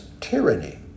tyranny